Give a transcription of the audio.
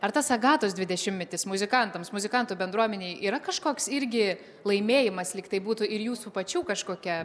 ar tas agatos dvidešimtmetis muzikantams muzikantų bendruomenėje yra kažkoks irgi laimėjimas lyg tai būtų ir jūsų pačių kažkokia